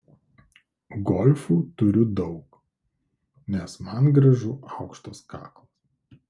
golfų turiu daug nes man gražu aukštas kaklas